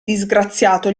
disgraziato